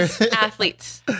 athletes